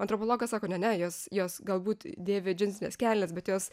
antropologas sako ne ne jos jos galbūt dėvi džinsines kelnes bet jos